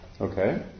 Okay